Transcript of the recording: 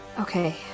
okay